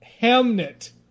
Hamnet